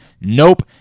nope